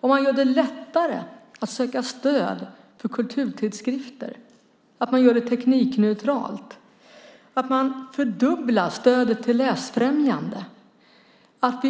Vi gör det lättare att söka stöd för kulturtidskrifter och gör det teknikneutralt, fördubblar stödet till läsfrämjande och